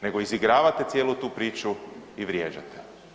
Nego izigravate cijelu tu priču i vrijeđate.